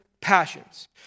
passions